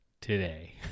today